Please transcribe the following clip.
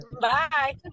Bye